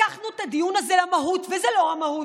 לקחנו את הדיון הזה למהות, וזו לא המהות.